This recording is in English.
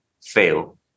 fail